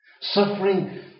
Suffering